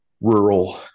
rural